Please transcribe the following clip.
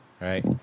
Right